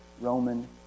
Roman